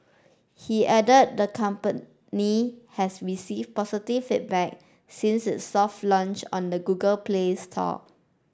he added the company has received positive feedback since its soft launch on the Google Play Store